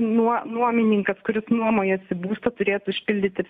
nuo nuomininkas kuris nuomojasi būstą turėtų užpildyti